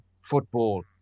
football